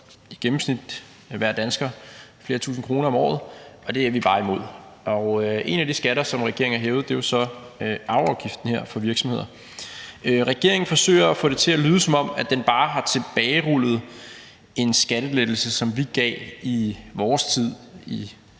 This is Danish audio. i gennemsnit hver dansker flere tusinde kroner om året. Det er vi bare imod. En af de skatter, som regeringen har hævet, er så arveafgiften for virksomheder. Regeringen forsøger at få det til at lyde, som om den bare har tilbagerullet en skattelettelse, som vi gav i vores tid i